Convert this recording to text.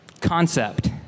concept